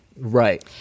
right